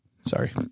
sorry